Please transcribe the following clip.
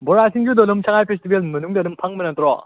ꯕꯣꯔꯥ ꯁꯤꯡꯖꯨꯗꯣ ꯑꯗꯨꯝ ꯁꯉꯥꯏ ꯐꯦꯁꯇꯤꯚꯦꯜ ꯃꯅꯨꯡꯗ ꯑꯗꯨꯝ ꯐꯪꯕ ꯅꯠꯇ꯭ꯔꯣ